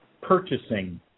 purchasing